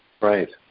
Right